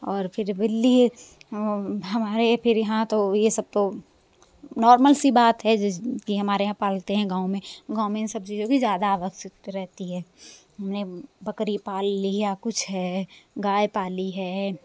और फिर बिल्ली हमारे फिर यहाँ तो ये सब तो नार्मल सी बात है जैसे कि हमारे यहाँ पालते हैं गाँव में गाँव में इन सब चीज़ों की ज़्यादा आवश्यकता रहती है में बकरी पाल लिया कुछ है गाय पाली है